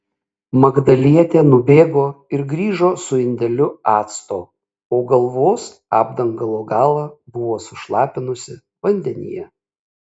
magdalietė nubėgo ir grįžo su indeliu acto o galvos apdangalo galą buvo sušlapinusi vandenyje